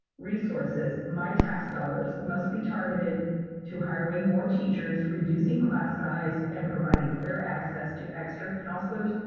resources, my tax dollars, must be targeted to hiring more teachers, reducing class size, and providing clear access to extra counselors,